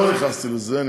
לא נכנסתי לזה.